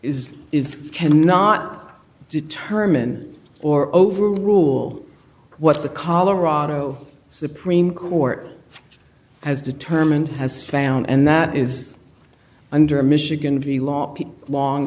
is is can not determine or overrule what the colorado supreme court has determined has found and that is under michigan